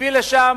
הביא לשם